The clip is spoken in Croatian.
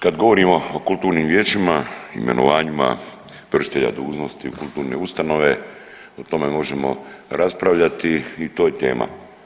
Kad govorimo o kulturnim vijećima, imenovanjima vršitelja dužnosti kulturne ustanove o tome možemo raspravljati i to je tema.